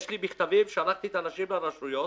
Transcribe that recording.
שלחתי את האנשים לרשויות